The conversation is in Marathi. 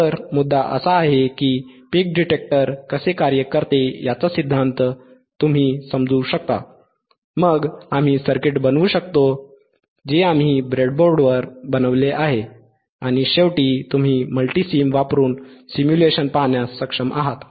तर मुद्दा असा आहे की पीक डिटेक्टर कसे कार्य करते याचा सिद्धांत तुम्ही समजू शकता मग आम्ही सर्किट बनवू शकतो जे आम्ही ब्रेडबोर्डवर बनवले आहे आणि शेवटी तुम्ही मल्टीसिम वापरून सिम्युलेशन पाहण्यास सक्षम आहात